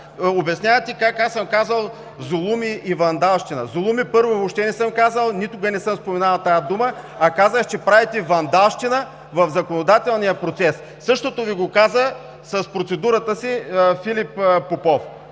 обяснявате как аз съм казал „зулуми и вандалщина“. „Зулуми“, първо, въобще не съм казал – никога не съм споменавал тази дума, а казах, че правите вандалщина в законодателния процес. Същото Ви го каза с процедурата си Филип Попов.